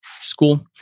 school